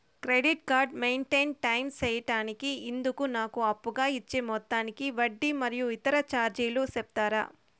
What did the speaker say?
Credit card maintain time సేయడానికి ఇందుకు నాకు అప్పుగా ఇచ్చే మొత్తానికి వడ్డీ మరియు ఇతర చార్జీలు సెప్తారా?